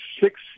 six